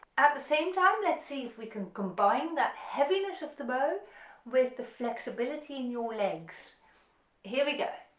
at the same time let's see if we can combine that heaviness of the bow with the flexibility in your legs here we go,